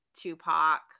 Tupac